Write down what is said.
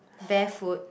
barefoot